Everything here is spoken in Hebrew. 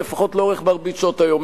לפחות לאורך מרבית שעות היום.